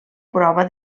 prova